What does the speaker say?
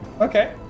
Okay